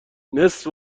نصف